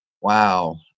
Wow